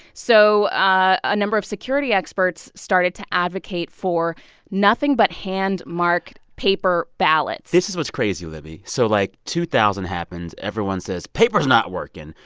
so a number of security experts started to advocate for nothing but hand-marked paper ballots this is what's crazy, libby. so, like, two thousand happens. everyone says paper's not working.